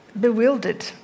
bewildered